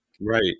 Right